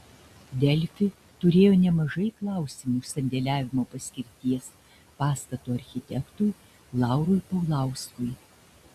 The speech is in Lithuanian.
delfi turėjo nemažai klausimų sandėliavimo paskirties pastato architektui laurui paulauskui